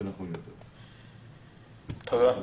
תודה.